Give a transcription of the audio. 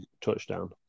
touchdown